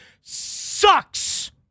sucks